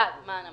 (1)מען המשיב,